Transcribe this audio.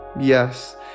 Yes